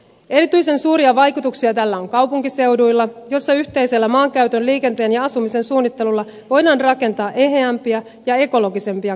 erityisen suuria vaikutuksia tällä on kaupunkiseuduilla joilla yhteisellä maankäytön liikenteen ja asumisen suunnittelulla voidaan rakentaa eheämpiä ja ekologisempia kaupunkeja